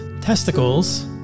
Testicles